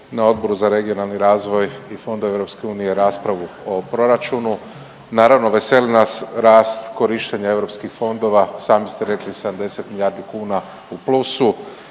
na Odboru za regionalni razvoj i fondove EU raspravu o proračunu, naravno veseli nas rast korištenja eu fondova, sami ste rekli 70 milijardi kuna u plusu